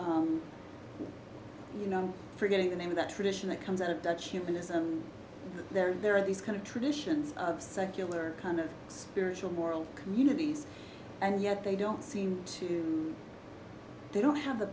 you know forgetting the name of that tradition that comes out of dutch humanism there are these kind of traditions of secular kind of spiritual world communities and yet they don't seem to they don't have the